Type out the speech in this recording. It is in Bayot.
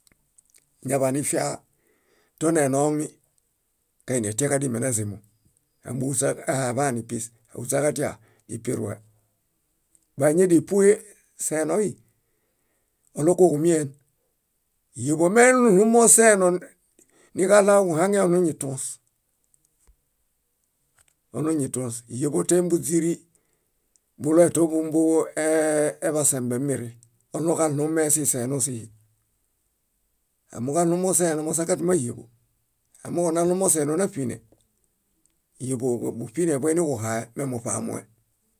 Iñaḃanifia tonenoomi kainietiaġadimenezimu ámbuośa- aaḃanipis. Áhuśaġatia, nipirue. Bóañadia nípuhe seenoi oɭũkuġumien. Híeḃo meɭuɭumo seeno niġaɭaġuhaŋe oɭuñituõs, oɭuñituõs. Híeḃo tóembuźiri, buloe toḃumbu ee- eḃasembemiri oɭũġaɭumee siseeni síhi. Amooġo aɭumo seeno mosakatuma híeḃo. Amooġo naɭumo seeno náṗine. Híeḃo búṗinea boiniġuhae memuṗamue.